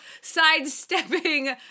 sidestepping